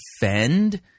defend